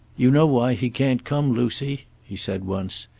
you know why he can't come, lucy, he said once.